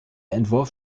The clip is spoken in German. entwurf